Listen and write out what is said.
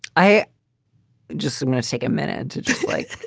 i just wanna take a minute like